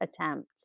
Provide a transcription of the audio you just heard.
attempt